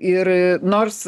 ir nors